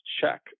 check